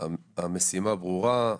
המשימה ברורה.